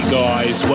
guys